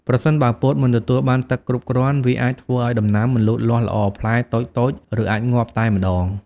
ប្រសិនបើពោតមិនទទួលបានទឹកគ្រប់គ្រាន់ វាអាចធ្វើឱ្យដំណាំមិនលូតលាស់ល្អ ផ្លែតូចៗ ឬអាចងាប់តែម្តង។